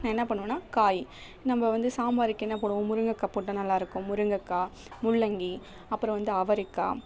நான் என்ன பண்ணுவேன்னா காய் நம்ப வந்து சாம்பாருக்கு என்ன போடுவோம் முருங்கக்காய் போட்டால் நல்லா இருக்கும் முருங்கக்காய் முள்ளங்கி அப்புறம் வந்து அவரைக்காய்